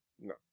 No